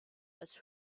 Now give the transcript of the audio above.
als